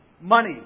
Money